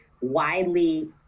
widely